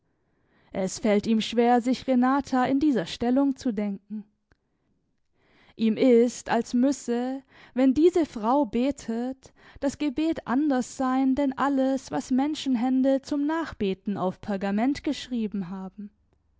es fällt ihm schwer sich renata in dieser stellung zu denken ihm ist als müsse wenn diese frau betet das gebet anders sein denn alles was menschenhände zum nachbeten auf pergament geschrieben haben